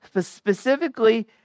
specifically